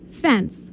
fence